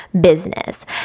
business